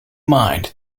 mind